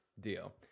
Deal